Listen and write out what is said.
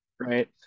right